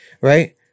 right